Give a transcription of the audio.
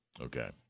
Okay